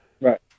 Right